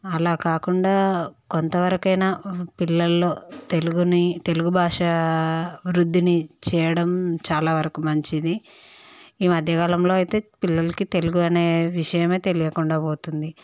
అలా కాకుండా కొంతవరకైనా పిల్లలకు తెలుగు తెలుగు భాషా అభివృద్ధి చేయడం చాలా వరకు మంచిది ఈ మధ్యకాలంలో అయితే పిల్లలకు తెలుగు అనే విషయం తెలియకుండా పోతుంది